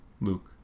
luke